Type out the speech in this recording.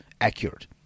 accurate